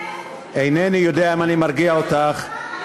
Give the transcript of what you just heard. אינני יודע אם אני מרגיע אותך,